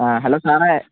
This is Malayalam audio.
ആ ഹലോ സാറേ